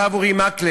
הרב אורי מקלב,